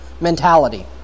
mentality